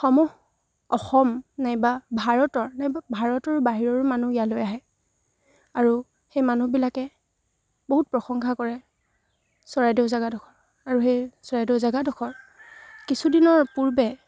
সমূহ অসম নাইবা ভাৰতৰ নাইবা ভাৰতৰ বাহিৰৰো মানুহ ইয়ালৈ আহে আৰু সেই মানুহবিলাকে বহুত প্ৰশংসা কৰে চৰাইদেউ জেগাডোখৰ আৰু সেই চৰাইদেউ জেগাডোখৰ কিছুদিনৰ পূৰ্বে